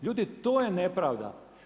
Ljudi to je nepravda.